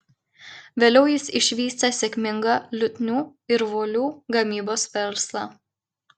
vėliau jis išvystė sėkmingą liutnių ir violų gamybos verslą